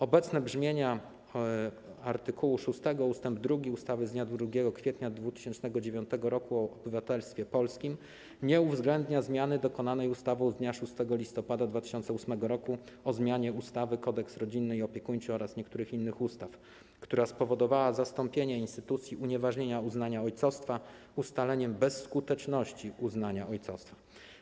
Obecne brzmienie art. 6 ust. 2 ustawy z dnia 2 kwietnia 2009 r. o obywatelstwie polskim nie uwzględnia zmiany dokonanej ustawą z dnia 6 listopada 2008 r. o zmianie ustawy - Kodeks rodzinny i opiekuńczy oraz niektórych innych ustaw, która spowodowała zastąpienie instytucji unieważnienia uznania ojcostwa ustaleniem bezskuteczności uznania ojcostwa.